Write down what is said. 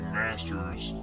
masters